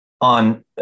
On